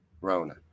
Rona